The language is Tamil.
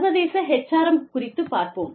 சர்வதேச HRM குறித்து பார்ப்போம்